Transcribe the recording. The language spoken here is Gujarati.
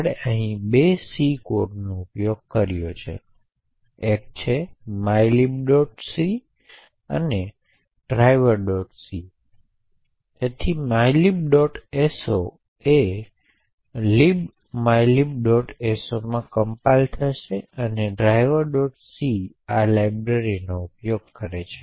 અને આપણે આ સૂચના અમલના અંતે પણ ટાઇમસ્ટેમ્પને માપીએ છીએ